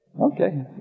Okay